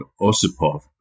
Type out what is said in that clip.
Osipov